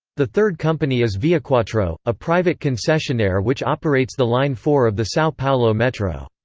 the third company is viaquatro, a private concessionaire which operates the line four of the sao paulo metro.